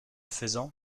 faisant